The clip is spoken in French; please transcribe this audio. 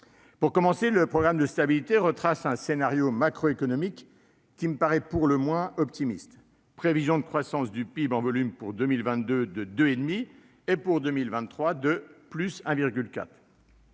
Pour commencer, le programme de stabilité retrace un scénario macroéconomique qui me paraît pour le moins optimiste. La prévision de croissance du PIB en volume pour l'année 2022 est de 2,5